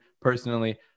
personally